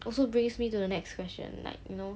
also brings me to the next question like you know